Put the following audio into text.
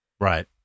Right